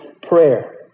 prayer